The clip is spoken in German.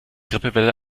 grippewelle